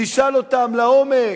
תשאל אותם לעומק,